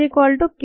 Slope Kmvm58